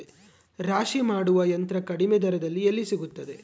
ರಾಶಿ ಮಾಡುವ ಯಂತ್ರ ಕಡಿಮೆ ದರದಲ್ಲಿ ಎಲ್ಲಿ ಸಿಗುತ್ತದೆ?